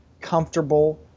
comfortable